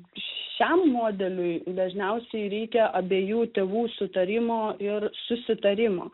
šiam modeliui dažniausiai reikia abiejų tėvų sutarimo ir susitarimo